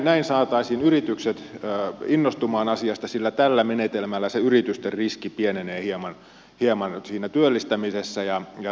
näin saataisiin yritykset innostumaan asiasta sillä tällä menetelmällä se yritysten riski pienenee hieman siinä työllistämisessä